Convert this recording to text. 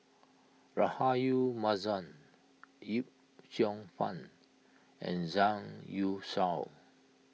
Rahayu Mahzam Yip Cheong Fun and Zhang Youshuo